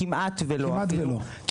כמעט ולא אפילו.